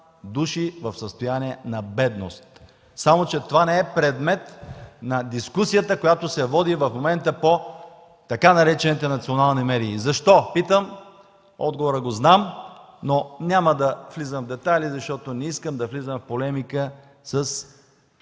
души в състояние на бедност. Само че това не е предмет на дискусията, която се води в момента, по така наречените „национални медии”. Защо, питам? Отговорът го знам, но няма да влизам в детайли, защото не искам да влизам в полемика с